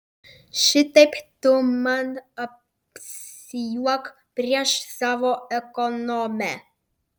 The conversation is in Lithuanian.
šitaip tu man apsijuok prieš savo ekonomę